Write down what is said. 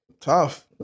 Tough